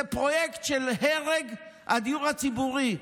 זה פרויקט של הרג הדיור הציבורי.